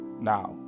Now